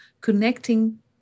connecting